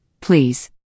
please